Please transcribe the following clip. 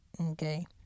okay